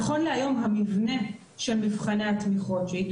נכון להיום המבנה של מבחני התמיכות שאיתו